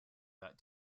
that